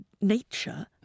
nature